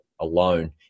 alone